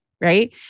Right